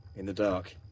in the dark.